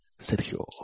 Sergio